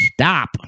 stop